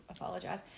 apologize